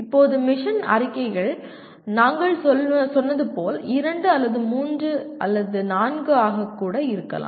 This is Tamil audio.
இப்போது மிஷன் அறிக்கைகள் நாங்கள் சொன்னது போல் இரண்டு மூன்று நான்கு ஆக இருக்கலாம்